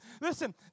Listen